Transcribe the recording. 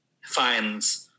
finds